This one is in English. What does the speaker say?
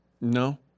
No